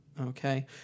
Okay